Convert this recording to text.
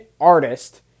artist